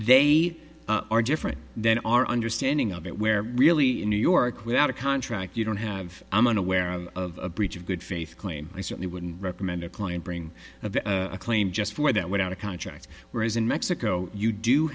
they are different then our understanding of it where really in new york without a contract you don't have i'm unaware of breach of good faith claim i certainly wouldn't recommend a client bring a claim just for that without a contract whereas in mexico you do